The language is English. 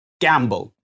Gamble